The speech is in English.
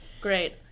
Great